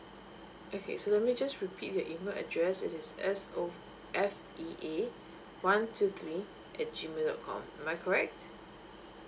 okay so let me just repeat your email address it is S O F E A one two three at G mail dot com am I correct